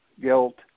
guilt